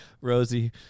Rosie